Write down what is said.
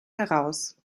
heraus